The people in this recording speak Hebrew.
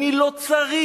אני לא צריך.